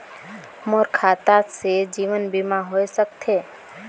मोर खाता से जीवन बीमा होए सकथे?